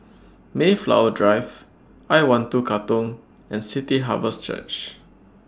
Mayflower Drive I one two Katong and City Harvest Church